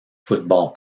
football